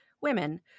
women